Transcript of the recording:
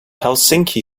helsinki